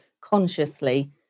consciously